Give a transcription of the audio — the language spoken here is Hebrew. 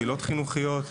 פעולות חינוכיות,